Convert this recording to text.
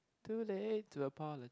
too late to apolo~